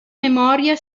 memoria